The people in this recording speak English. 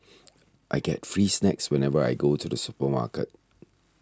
I get free snacks whenever I go to the supermarket